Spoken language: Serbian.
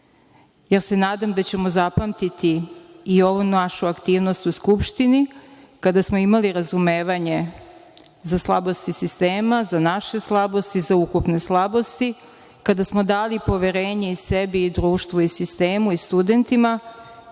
Ja se nadam da ćemo zapamtiti i ovu našu aktivnost u Skupštini, kada smo imali razumevanje za slabosti sistema, za naše slabosti, za ukupne slabosti, kada smo dali poverenje i sebi i društvu i sistemu i studentima,